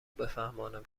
بفهمانم